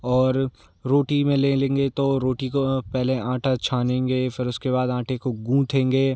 और रोटी में ले लेंगे तो रोटी को पहले आटा छानेंगे फिर उसके बाद आटे को गूँथेंगे